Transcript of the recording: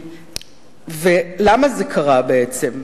למה זה קרה בעצם?